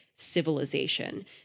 civilization